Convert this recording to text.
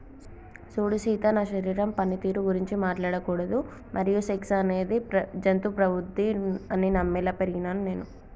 సూడు సీత నా శరీరం పనితీరు గురించి మాట్లాడకూడదు మరియు సెక్స్ అనేది జంతు ప్రవుద్ది అని నమ్మేలా పెరిగినాను నేను